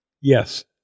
Yes